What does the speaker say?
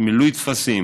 מילוי טפסים,